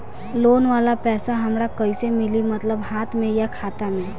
Loan वाला पैसा हमरा कइसे मिली मतलब हाथ में या खाता में?